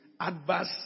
adverse